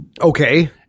okay